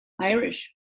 Irish